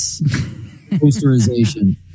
posterization